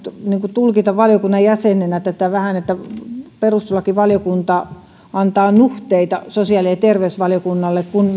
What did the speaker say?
tulkita valiokunnan jäsenenä tätä vähän niin että perustuslakivaliokunta antaa nuhteita sosiaali ja terveysvaliokunnalle kun